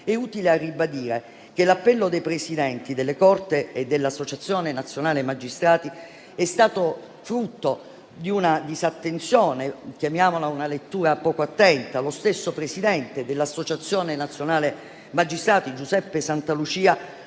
è utile ribadire che l'appello dei presidenti delle corti e dell'Associazione nazionale magistrati è stato frutto di una disattenzione, di una lettura poco attenta. Lo stesso presidente dell'Associazione nazionale magistrati, Giuseppe Santalucia,